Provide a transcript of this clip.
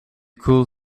could